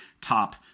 top